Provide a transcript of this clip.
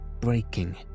breaking